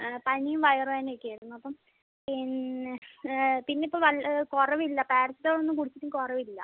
പനിയും വയറുവേദന ഒക്കെ ആയിരുന്നു അപ്പം പിന്നെ പിന്നെ ഇപ്പം കുറവ് ഇല്ല പാരസിറ്റമോൾ ഒന്നും കുടിച്ചിട്ടും കുറവ് ഇല്ല